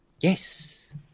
Yes